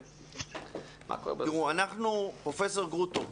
פרופ' גרוטו,